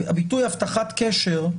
הביטוי הבטחת קשר,